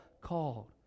called